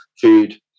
food